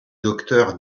docteur